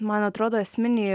man atrodo esminį